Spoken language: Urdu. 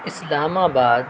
اسلام آباد